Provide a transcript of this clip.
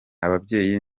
ababyeyi